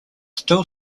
still